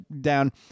down